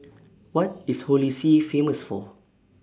What IS Holy See Famous For